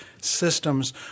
systems